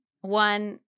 one